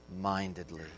mindedly